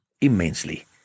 immensely